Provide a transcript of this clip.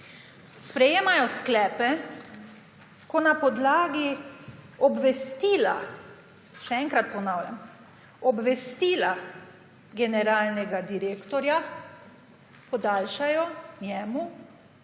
Sprejemajo sklepe, ko na podlagi obvestila, še enkrat ponavljam, obvestila generalnega direktorja podaljšajo njemu